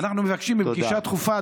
אנחנו מבקשים פגישה דחופה,